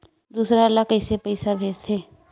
दूसरा ला कइसे पईसा भेजथे?